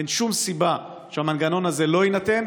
אין שום סיבה שהמנגנון הזה לא יינתן,